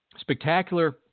spectacular